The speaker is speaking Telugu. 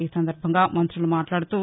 ఈ సందర్భంగా మంతులు మాట్లాడుతూ